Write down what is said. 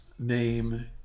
Name